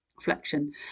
flexion